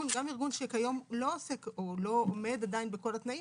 גם ארגון שלא עומד עדיין בכל התנאים